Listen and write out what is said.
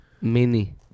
mini